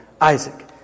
Isaac